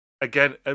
again